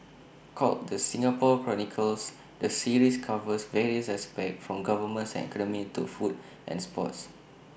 called the Singapore chronicles the series covers various aspects from governance and economy to food and sports